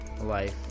Life